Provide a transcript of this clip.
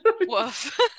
Woof